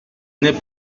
n’est